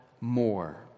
more